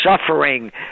suffering